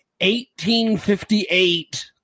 1858